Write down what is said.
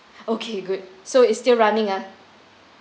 okay good so it is still running ah